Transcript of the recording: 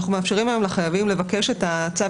אנחנו מאפשרים היום לחייבים לבקש את צו